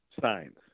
signs